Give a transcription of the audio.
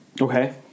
Okay